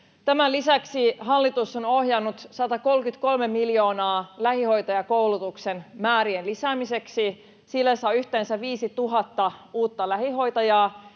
Tämän lisäksi hallitus on ohjannut 133 miljoonaa euroa lähihoitajakoulutuksen määrien lisäämiseksi. Sillä saa yhteensä 5 000 uutta lähihoitajaa,